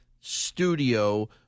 studio